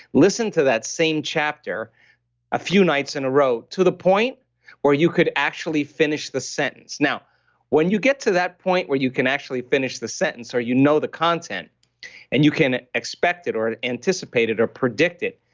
listen to that same chapter a few nights in a row to the point where you could actually finish the sentence now when you get to that point where you can actually finish the sentence, or you know the content and you can expect it or anticipated or predicted,